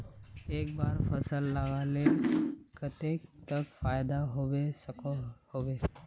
एक बार फसल लगाले कतेक तक फायदा होबे सकोहो होबे?